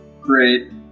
great